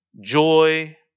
joy